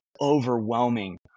overwhelming